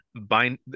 bind